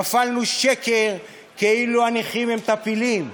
טפלנו שקר כאילו הנכים הם טפילים.